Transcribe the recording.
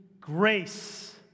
grace